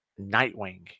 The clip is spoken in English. Nightwing